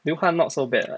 流汗 not so bad [what]